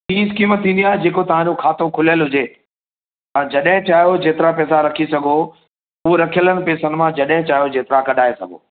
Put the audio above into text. T scheme थींदी आहे जेको तव्हांजो खातो खुलियल हुजे तव्हां जॾहिं चाहियो जेतिरा पैसा रखी सघो उहा रखियलनि पैसनि मां जॾहि चाहियो जेतिरा कढाए सघो